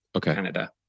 Canada